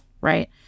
Right